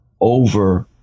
over